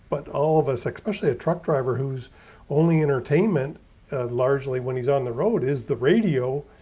but all of us, especially a truck driver, who's only entertainment largely when he's on the road is the radio.